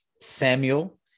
Samuel